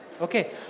Okay